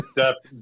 depth